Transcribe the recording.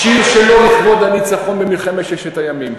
שיר שלו לכבוד הניצחון במלחמת ששת הימים,